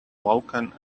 vulkan